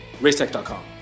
RaceTech.com